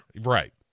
Right